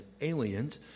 Aliens